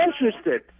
interested